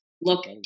look